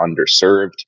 underserved